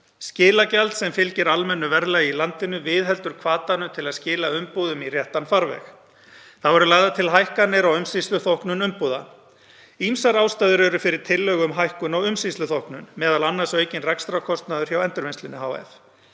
Skilagjald sem fylgir almennu verðlagi í landinu viðheldur hvatanum til að skila umbúðum í réttan farveg. Þá eru lagðar til hækkanir á umsýsluþóknun umbúða. Ýmsar ástæður eru fyrir tillögu um hækkun á umsýsluþóknun, m.a. aukinn rekstrarkostnaður hjá Endurvinnslunni hf.